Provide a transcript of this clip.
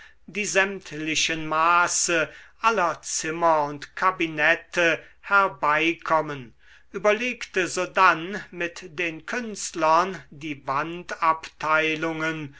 die sämtlichen maße aller zimmer und kabinette herbeikommen überlegte sodann mit den künstlern die